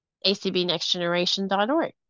acbnextgeneration.org